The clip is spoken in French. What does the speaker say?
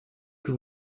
que